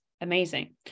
Amazing